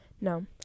No